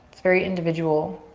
it's very individual.